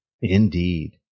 Indeed